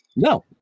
No